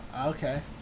Okay